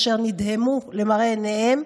אשר נדהמו למראה עיניהן,